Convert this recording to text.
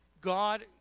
God